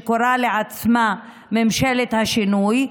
שקוראת לעצמה "ממשלת השינוי",